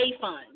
fund